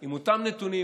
עם אותם נתונים,